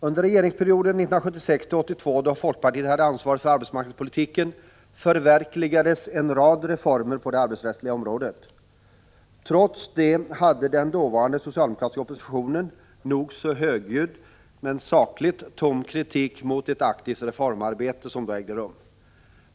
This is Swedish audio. Under regeringsperioden 1976-1982, då folkpartiet hade ansvaret för arbetsmarknadspolitiken, förverkligades en rad reformer på det arbetsrättsliga området. Trots det framförde den dåvarande socialdemokratiska oppositionen en nog så högljudd men sakligt tom kritik mot det aktiva reformarbete som då ägde rum.